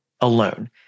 alone